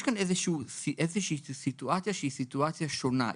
יש כאן איזושהי סיטואציה שהיא סיטואציה שונה.